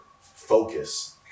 focus